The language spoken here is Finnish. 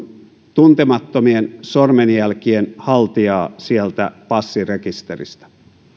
tuntemattomien sormenjälkien haltijaa sieltä passirekisteristä